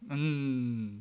mm mm